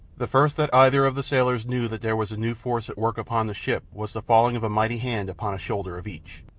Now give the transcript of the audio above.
the first that either of the sailors knew that there was a new force at work upon the ship was the falling of a mighty hand upon a shoulder of each.